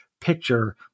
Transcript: Picture